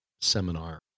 seminar